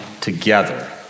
together